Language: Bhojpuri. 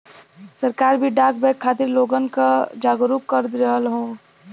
सरकार भी डाक बैंक खातिर लोगन क जागरूक कर रहल हौ